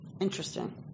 Interesting